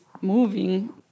moving